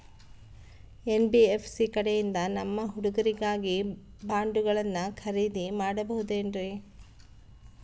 NBFC ಕಡೆಯಿಂದ ನಮ್ಮ ಹುಡುಗರಿಗಾಗಿ ಬಾಂಡುಗಳನ್ನ ಖರೇದಿ ಮಾಡಬಹುದೇನ್ರಿ?